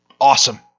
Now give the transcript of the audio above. Awesome